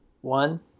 One